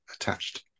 attached